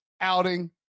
outing